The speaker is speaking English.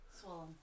Swollen